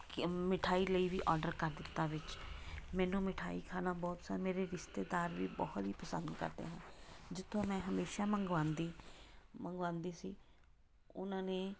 ਕਿਆ ਮਿਠਾਈ ਲਈ ਵੀ ਆਰਡਰ ਕਰ ਦਿੱਤਾ ਵਿੱਚ ਮੈਨੂੰ ਮਿਠਾਈ ਖਾਣਾ ਬਹੁਤ ਪਸੰਦ ਮੇਰੇ ਰਿਸ਼ਤੇਦਾਰ ਵੀ ਬਹੁਤ ਹੀ ਪਸੰਦ ਕਰਦੇ ਨੇ ਜਿੱਥੋਂ ਮੈਂ ਹਮੇਸ਼ਾ ਮੰਗਵਾਉਂਦੀ ਮੰਗਵਾਉਂਦੀ ਸੀ ਉਹਨਾਂ ਨੇ